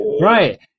Right